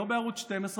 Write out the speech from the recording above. לא בערוץ 12,